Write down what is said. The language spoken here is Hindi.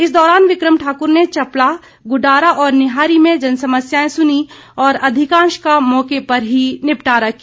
इस दौरान बिक्रम ठाकुर ने चपलाह गुडारा और निहारी में जन समस्याएं सुनीं और अधिकांश का मौके पर ही निपटारा किया